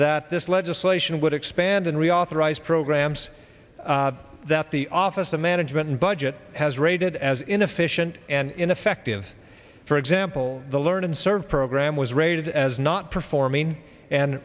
that this legislation would expand and reauthorize programs that the office of management and budget has rated as inefficient and ineffective for example the learn and serve program was rated as not performing and